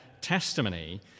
testimony